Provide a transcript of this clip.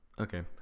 Okay